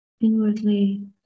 inwardly